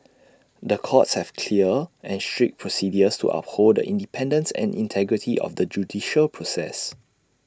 the courts have clear and strict procedures to uphold The Independence and integrity of the judicial process